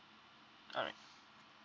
alright